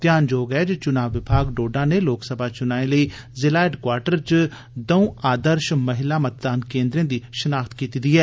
ध्यानजोग ऐ जे चुनां विभाग डोडा नै लोकसभा चुनाएं लेई जिला हैडक्वार्टर च दौं आदर्श महिला मतदान केन्द्रें दी शिनाख्त कीती दी ऐ